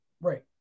Right